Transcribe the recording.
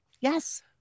Yes